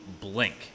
Blink